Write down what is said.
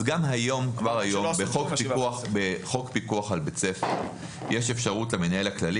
כבר היום בחוק פיקוח על בית ספר יש אפשרות למנהל הכללי